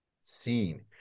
seen